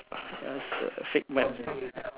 figment